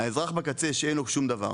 האזרח בקצה שאין לו שום דבר,